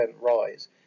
rise